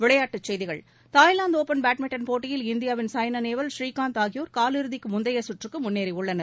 விளையாட்டுச் செய்திகள் Thailand open badminton போட்டியில் இந்தியாவின் சாய்னா நேவால் ஸ்ரீகாந்த் ஆகியோர் காலிறுதிக்கு முந்தைய சுற்றுக்கு முன்னேறியுள்ளனர்